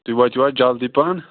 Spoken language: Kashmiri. تُہۍ وٲتِو حظ جلدی پَہم